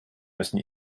müssen